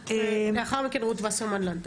לאחר מכן, רות וסרמן לנדה.